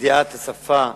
ידיעת השפה העברית,